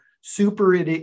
super